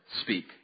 Speak